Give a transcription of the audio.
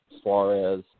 Suarez